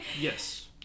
Yes